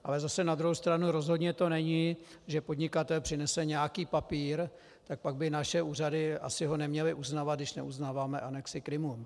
Ale zase na druhou stranu rozhodně to není tak, že podnikatel přinese nějaký papír, pak by naše úřady ho asi neměly uznávat, když neuznáváme anexi Krymu.